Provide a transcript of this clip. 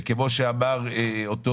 וכמו שאמר אותו